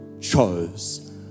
chose